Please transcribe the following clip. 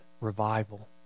revival